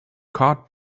cart